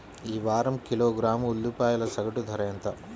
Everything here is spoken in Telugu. ఈ వారం కిలోగ్రాము ఉల్లిపాయల సగటు ధర ఎంత?